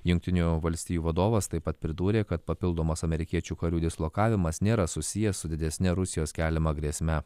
jungtinių valstijų vadovas taip pat pridūrė kad papildomas amerikiečių karių dislokavimas nėra susijęs su didesne rusijos keliama grėsme